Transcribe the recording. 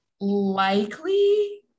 likely